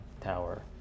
tower